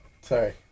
Sorry